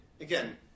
Again